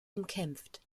umkämpft